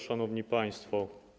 Szanowni Państwo!